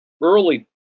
early